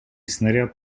снаряд